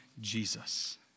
Jesus